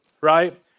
right